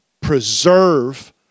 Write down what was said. preserve